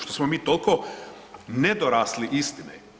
Što smo mi toliko nedorasli istine?